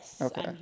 Okay